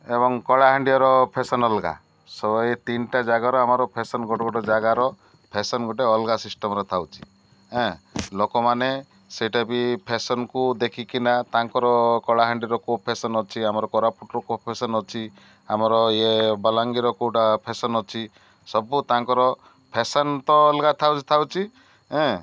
ଏବଂ କଳାହାଣ୍ଡିର ଫେସନ୍ ଅଲଗା ସ ଏଇ ତିନିଟା ଜାଗାର ଆମର ଫେସନ ଗୋଟେ ଗୋଟେ ଜାଗାର ଫ୍ୟାସନ୍ ଗୋଟେ ଅଲଗା ସିଷ୍ଟମର ଥାଉଚି ଏଁ ଲୋକମାନେ ସେଇଟା ବି ଫ୍ୟାସନକୁ ଦେଖିକିନା ତାଙ୍କର କଳାହାଣ୍ଡିର କୋଉ ଫ୍ୟାସନ୍ ଅଛି ଆମର କୋରାପୁଟର କୋଉ ଫେସନ୍ ଅଛି ଆମର ଇଏ ବାଲାଙ୍ଗୀର କୋଉଟା ଫେସନ୍ ଅଛି ସବୁ ତାଙ୍କର ଫ୍ୟାସନ୍ ତ ଅଲଗା ଥାଉଚି ଥାଉଚି ଏଁ